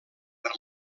per